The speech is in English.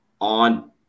on